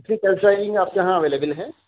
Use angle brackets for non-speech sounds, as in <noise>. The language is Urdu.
<unintelligible> آپ کے یہاں اویلیبل ہیں